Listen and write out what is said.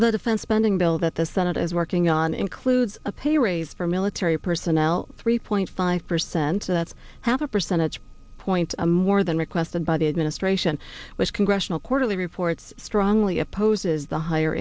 the defense spending bill that the senate is working on includes a pay raise for military personnel three point five percent so that's how the percentage points more than requested by the administration which congressional quarterly reports strongly opposes the higher